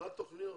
מה התוכניות?